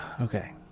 Okay